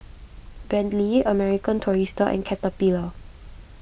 Bentley American Tourister and Caterpillar